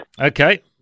Okay